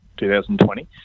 2020